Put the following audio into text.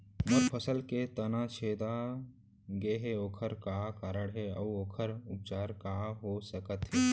मोर फसल के तना छेदा गेहे ओखर का कारण हे अऊ ओखर उपचार का हो सकत हे?